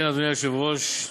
אדוני היושב-ראש,